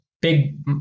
big